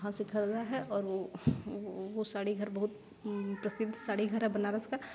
वहाँ से खरीदा है और वह साड़ी घर है बहुत प्रसिद्ध साड़ी घर है बनारस का